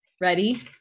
Ready